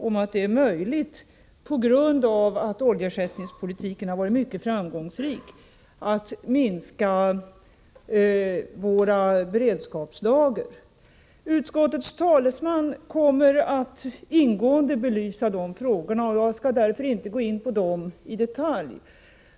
Eftersom oljeersättningspolitiken har varit mycket framgångsrik, är det ju möjligt att minska våra beredskapslager. Utskottets talesman kommer att ingående belysa dessa frågor. Jag skall därför inte gå in på dem i detalj.